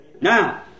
Now